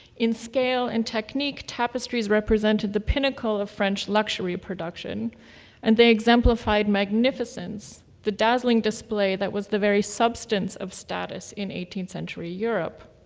in scale and technique, tapestries represented the pinnacle of french luxury production and they exemplified magnificence, the dazzling display that was the very substance of status in eighteenth century europe.